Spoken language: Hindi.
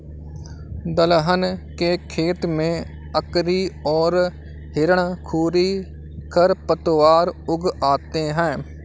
दलहन के खेत में अकरी और हिरणखूरी खरपतवार उग आते हैं